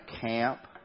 camp